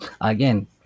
again